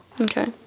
Okay